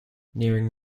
nearing